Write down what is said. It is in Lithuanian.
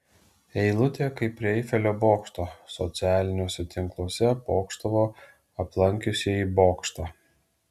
eilutė kaip prie eifelio bokšto socialiniuose tinkluose pokštavo aplankiusieji bokštą